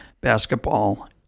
basketball